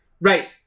Right